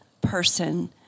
person